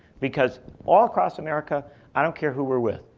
because all across america i don't care who we're with.